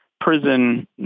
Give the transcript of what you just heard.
prison